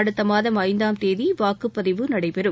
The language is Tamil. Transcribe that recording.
அடுத்தமாதம் ஐந்தாம் தேதிவாக்குப்பதிவு நடைபெறும்